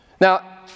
Now